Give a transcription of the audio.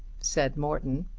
said morton.